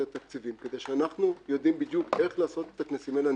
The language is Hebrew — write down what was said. התקציבים כי אנחנו יודעים איך בדיוק לעשות את הכנסים האלה.